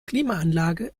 klimaanlage